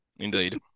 Indeed